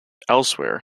elsewhere